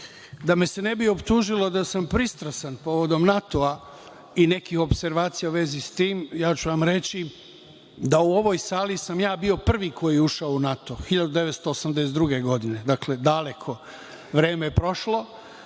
me se ne optužilo da sam pristrasan povodom NATO-a i nekih opservacija u vezi sa tim, reći ću vam, da sam u ovoj sali bio prvi koji je ušao u NATO, 1982. godine. Dakle, daleko vreme je prošlo